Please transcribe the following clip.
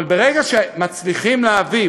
אבל ברגע שמצליחים להביא,